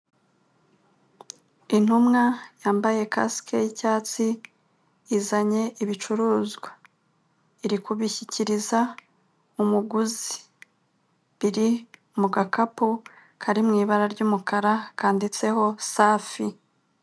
Intumwa yambaye kasike y'icyatsi izanye ibicuruzwa, iri kubishyikiriza umuguzi biri mu gakapu kari mu ibara ry'umukara kanditseho safi.